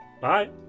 Bye